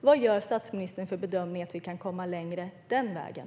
Hur bedömer statsministern att vi kan komma längre den vägen?